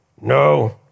No